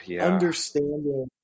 understanding